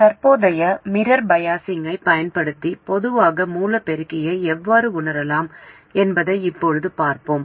தற்போதைய மிரர் பயாஸிங்கைப் பயன்படுத்தி பொதுவான மூல பெருக்கியை எவ்வாறு உணரலாம் என்பதை இப்போது பார்ப்போம்